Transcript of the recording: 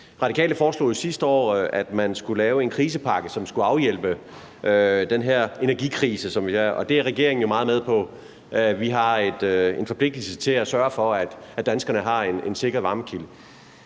Radikale foreslog sidste år, at man skulle lave en krisepakke, som skulle afhjælpe den her energikrise, som vi har, og det er regeringen jo meget med på. Vi har en forpligtelse til at sørge for, at danskerne har en sikker varmekilde.